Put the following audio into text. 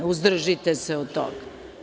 Uzdržite se od toga.